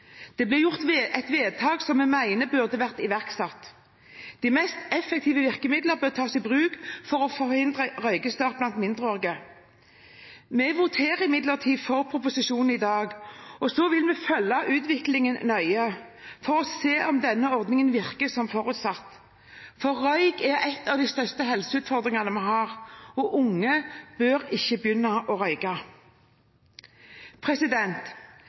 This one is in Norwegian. Det ble gjort et vedtak som vi mener burde vært iverksatt. De mest effektive virkemidler bør tas i bruk for å forhindre røykestart blant mindreårige. Vi stemmer imidlertid for proposisjonen i dag, og så vil vi følge utviklingen nøye for å se om denne ordningen virker som forutsatt, for røyk er en av de største helseutfordringene vi har, og unge bør ikke begynne å